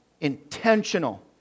intentional